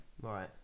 Right